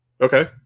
Okay